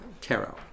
tarot